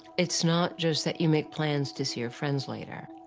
it's not just that you make plans to see your friends later.